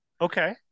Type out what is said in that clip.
okay